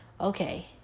Okay